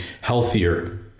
healthier